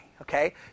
okay